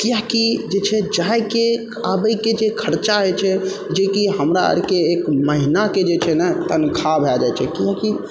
किआकि जे छै जाइके आबैके जे खर्चा छै जेकि हमरा आरके एक महीनाके जे छै ने तनखा भए जाइ छै किआकि